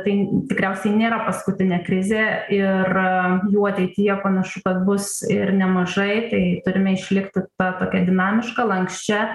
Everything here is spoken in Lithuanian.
tai tikriausiai nėra paskutinė krizė ir jų ateityje panašu kad bus ir nemažai tai turime išlikti ta tokia dinamiška lanksčia